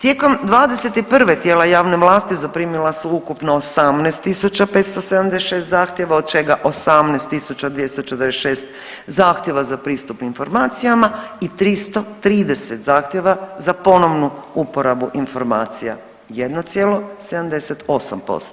Tijekom '21. tijela javne vlasti zaprimila su ukupno 18.576 zahtjeva od čega 18.246 zahtjeva za pristup informacijama i 330 zahtjeva za ponovnu uporabu informacija 1,78%